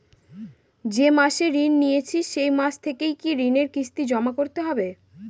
যে মাসে ঋণ নিয়েছি সেই মাস থেকেই কি ঋণের কিস্তি জমা করতে হবে?